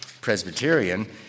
Presbyterian